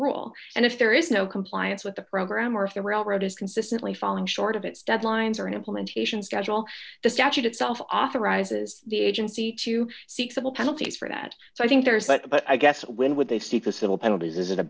rule and if there is no compliance with the program or if the railroad has consistently fallen short of its deadlines or an implementation is gradual the statute itself authorizes the agency to seek civil penalties for that so i think there is but i guess when would they seek the civil penalties is it a